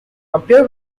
appear